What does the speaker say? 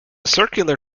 circular